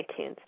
iTunes